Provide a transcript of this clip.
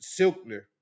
Silkner